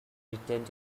returned